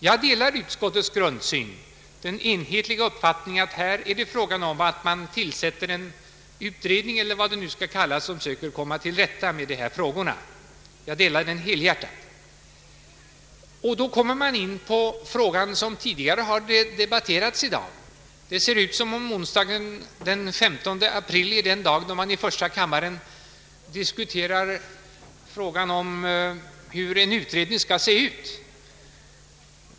Jag delar utskottets grundsyn, den enhetliga uppfattningen att det här är fråga om att tillsätta en utredning, eller vad den nu skall kallas, som söker komma till rätta med dessa problem. Jag delar helhjärtat denna uppfattning. Då kommer jag också in på den fråga som tidigare har debatterats i dag. Det ser ut, som om onsdagen den 15 april blir den dag då man i första kammaren diskuterar frågan om hur en utredning skall se ut.